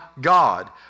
God